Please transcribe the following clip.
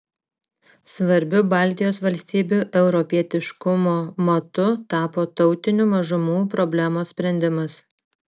svarbiu baltijos valstybių europietiškumo matu tapo tautinių mažumų problemos sprendimas